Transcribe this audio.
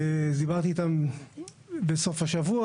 דיברתי איתם בסוף השבוע.